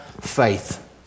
faith